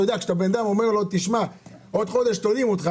כשאתה אומר לאדם שעוד חודש תולים אותו,